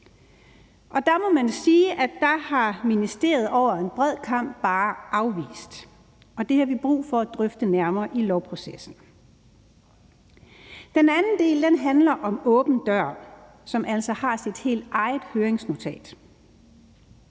Der må man sige, at der har ministeriet over en bred kam bare afvist, og det har vi brug for at drøfte nærmere i lovprocessen. Den anden del handler om åben dør, som altså har sit helt eget høringsnotat.